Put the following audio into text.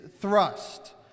thrust